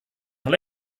noch